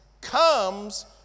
comes